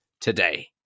today